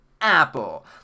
Apple